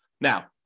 Now